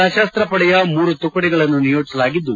ಸಶಸ್ತ್ರ ಪಡೆಯ ಮೂರು ತುಕಡಿಗಳನ್ನು ನಿಯೋಜಿಸಲಾಗಿದ್ದು